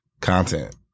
content